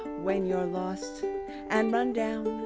when you're lost and run down,